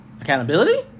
Accountability